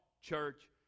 church